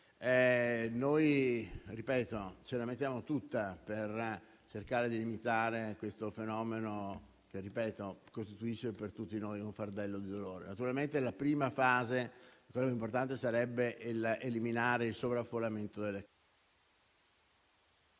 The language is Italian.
Ripeto, ce la mettiamo tutta per cercare di limitare questo fenomeno che, come già sottolineato, costituisce per tutti noi un fardello di dolore. Naturalmente la prima fase importante sarebbe eliminare il sovraffollamento delle carceri.